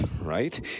right